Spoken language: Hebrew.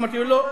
אמרתי: לא,